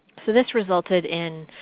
so this resulted in